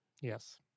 Yes